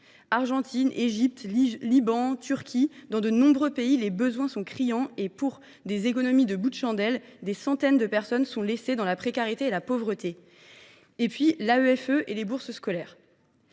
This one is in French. Argentine, Égypte, Liban, Turquie : dans de nombreux pays, les besoins sont criants et, pour des économies de bouts de chandelle, des centaines de personnes sont laissées dans la précarité et la pauvreté. J’en viens à l’AEFE et aux bourses scolaires.